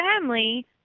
family